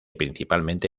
principalmente